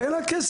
אין לה כסף.